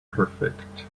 perfect